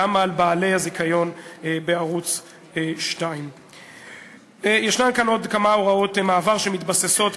גם על בעלי הזיכיון בערוץ 2. יש כאן עוד כמה הוראות מעבר שמתבססות,